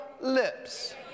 lips